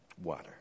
water